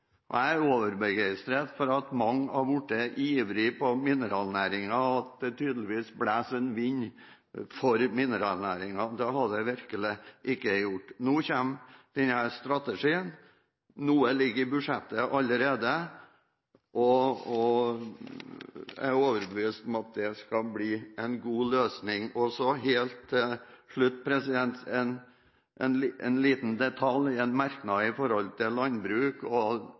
overbegeistret for at mange har blitt ivrige på mineralnæringen, og at det tydeligvis blåser en vind for mineralnæringen. Det har det virkelig ikke gjort før. Nå kommer denne strategien, noe ligger i budsjettet allerede, og jeg er overbevist om at det skal bli en god løsning. Så helt til slutt en liten detalj, en merknad til landbruk og